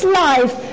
life